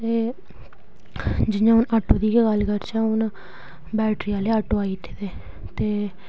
ते जियां हून आटो दी गै गल्ल करचै हून बैटरी आह्ले आई गेदे ते